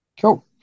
cool